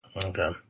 Okay